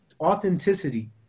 authenticity